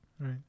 Right